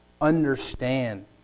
understand